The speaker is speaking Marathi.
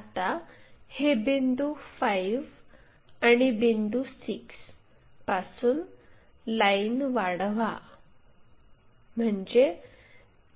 आता हे बिंदू 5 आणि बिंदू 6 पासून लाईन वाढवा म्हणजे